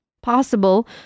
possible